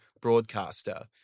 broadcaster